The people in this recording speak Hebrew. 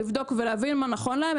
לבדוק ולהבין מה נכון להם.